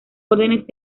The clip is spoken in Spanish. órdenes